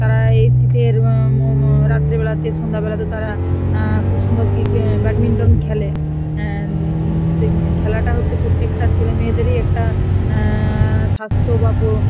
তারা এই শীতের রাত্রেবেলাতে সন্ধ্যাবেলাতে তারা খুব সুন্দর ক্রিকে ব্যাডমিন্টন খেলে সে খেলাটা হচ্ছে প্রত্যেকটা ছেলে মেয়েদেরই একটা স্বাস্থ্য বা পো